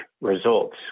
results